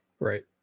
right